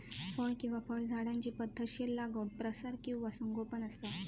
फळ किंवा फळझाडांची पध्दतशीर लागवड प्रसार किंवा संगोपन असा